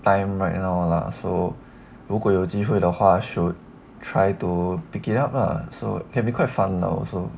time right now lah so 如果有机会的话 should try to pick it up lah so can be quite fun now also